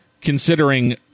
considering